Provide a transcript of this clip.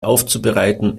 aufzubereiten